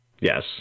Yes